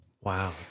Wow